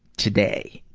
today.